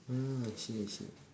mm I see I see